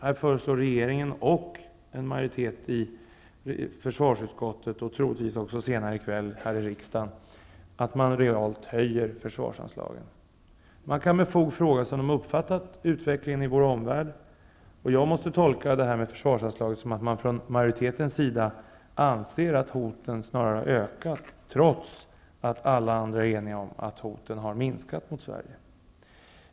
Här föreslår regeringen och en majoritet i försvarsutskottet -- och troligtvis också senare i kväll här i kammaren -- att man realt höjer försvarsanslagen. Det finns fog för att fråga om man har uppfattat utvecklingen i vår omvärld. Jag måste tolka det här med försvarsanslaget som att majoriteten anser att hoten snarare ökat, trots att alla andra är eniga om att hoten mot Sverige har minskat.